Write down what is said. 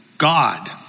God